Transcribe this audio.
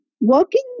Working